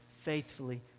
faithfully